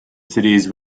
cities